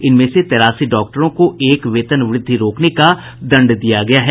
इनमें से तेरासी डॉक्टरों को एक वेतन वृद्धि रोकने का दंड दिया गया है